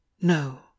no